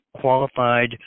qualified